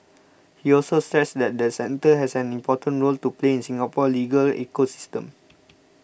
he also stressed that the centre has an important role to play in Singapore's legal ecosystem